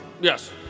yes